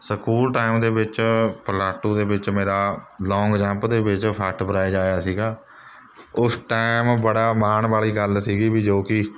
school time ਦੇ ਵਿੱਚ plus two ਦੇ ਵਿੱਚ ਮੇਰਾ ਲੌਂਗ ਜੰਪ ਦੇ ਵਿੱਚ ਫਸਟ ਪ੍ਰਾਈਜ਼ ਆਇਆ ਸੀਗਾ ਉਸ ਟਾਈਮ ਬੜਾ ਮਾਣ ਵਾਲ਼ੀ ਗੱਲ ਸੀਗੀ ਵੀ ਜੋ ਕਿ